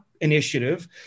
initiative